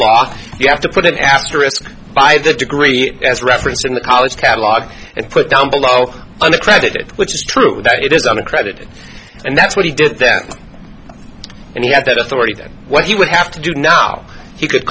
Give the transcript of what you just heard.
law you have to put an asterisk by the degree as reference in the college catalog and put down below on the credit which is true that it is on a credit and that's what he did and he got that authority that what he would have to do now he could